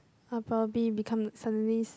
I'll probably become suddenly